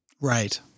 Right